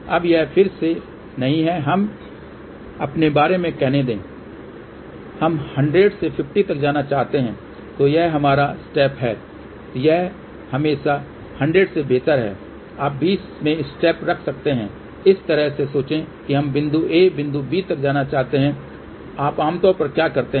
अबयह फिर से नहीं है हमें अपने बारे में कहने देंहम 100 से 50 तक जाना चहाते चाहते हैं तो यह हमारा स्टेप है तो यह हमेशा 100 से बेहतर है आप बीच में स्टेप रख सकते हैं इस तरह से सोचें कि हम बिंदु a बिंदु b तक जाना चाहते हैं आप आमतौर पर क्या करते हैं